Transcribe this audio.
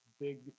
big